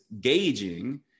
gauging